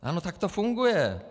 Ano, tak to funguje.